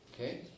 okay